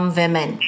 women